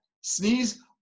sneeze